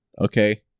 Okay